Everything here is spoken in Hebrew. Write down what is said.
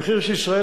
המחיר שישראל